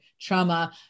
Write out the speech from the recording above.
trauma